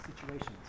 situations